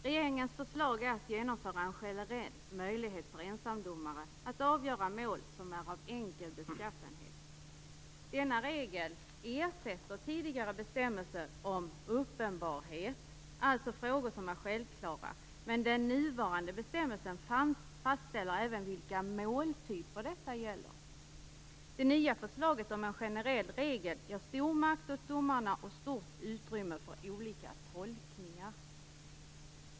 Regeringens förslag är att genomföra en generell möjlighet för ensamdomare att avgöra mål som är av enkel beskaffenhet. Denna regel ersätter tidigare bestämmelser om uppenbarhet, alltså frågor som är självklara. Men den nuvarande bestämmelsen fastställer även vilka måltyper som detta gäller. Det nya förslaget om en generell regel ger stor makt åt domarna och stort utrymme för olika tolkningar.